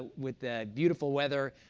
with the beautiful weather,